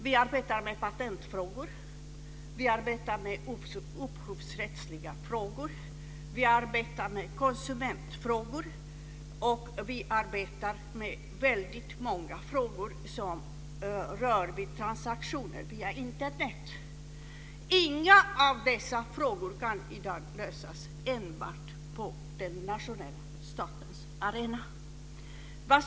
Vi arbetar med patentfrågor, upphovsrättsliga frågor, konsumentfrågor och många frågor som rör transaktioner via Internet. Inga av dessa frågor kan i dag lösas enbart på nationalstatens arena.